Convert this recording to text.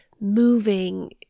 moving